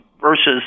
versus